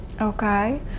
Okay